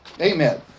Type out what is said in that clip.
amen